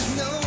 no